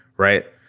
right.